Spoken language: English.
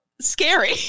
scary